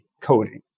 coding